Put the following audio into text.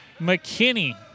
McKinney